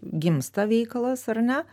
gimsta veikalas ar ne